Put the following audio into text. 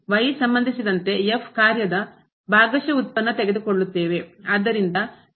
ನಾವು ಸಂಬಂಧಿಸಿದಂತೆ ಕಾರ್ಯ ಭಾಗಶಃ ಉತ್ಪನ್ನ ತೆಗೆದುಕೊಳ್ಳುತ್ತೇವೆ